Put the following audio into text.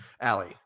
Allie